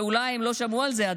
ושאולי הם עדיין לא שמעו על זה.